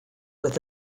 with